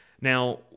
Now